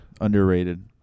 Underrated